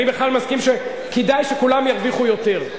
אני בכלל מסכים שכדאי שכולם ירוויחו יותר.